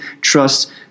Trust